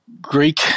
Greek